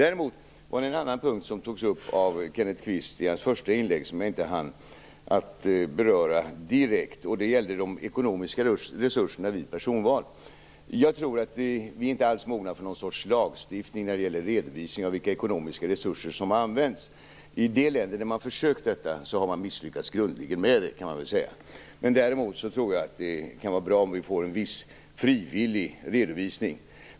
Kenneth Kvist tog upp en punkt i sitt första inlägg som jag inte hann beröra direkt. Det gäller de ekonomiska resurserna vid personval. Jag tror att vi inte alls är mogna för någon sorts lagstiftning för redovisning av vilka ekonomiska resurser som används. I de länder man försökt med detta har man grundligen misslyckats, kan man säga. Däremot tror jag det kan vara bra med en viss frivillig redovisning.